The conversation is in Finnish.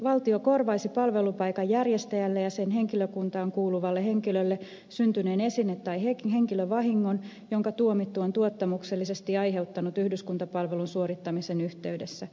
valtio korvaisi palvelupaikan järjestäjälle ja sen henkilökuntaan kuuluvalle henkilölle syntyneen esine tai henkilövahingon jonka tuomittu on tuottamuksellisesti aiheuttanut yhdyskuntapalvelun suorittamisen yhteydessä